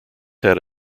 had